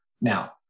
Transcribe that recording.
now